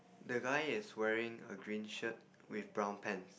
the guy is wearing a green shirt with brown pants